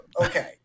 Okay